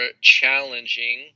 challenging